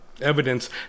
evidence